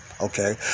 Okay